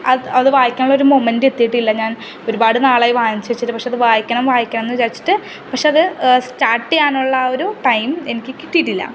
അത് അത് വായിക്കാനുള്ള ഒരു മൊമൻ്റെ് എത്തിയിട്ടില്ല ഞാൻ ഒരുപാട് നാളായി വാങ്ങിച്ച് വച്ചിട്ട് പക്ഷേ അത് വായിക്കണം വായിക്കണം എന്ന് വിചാരിച്ചിട്ട് പക്ഷേ അത് സ്റ്റാർട്ട് ചെയ്യാനുള്ള ആ ഒരു ടൈം എനിക്ക് കിട്ടിയിട്ടില്ല